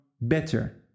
better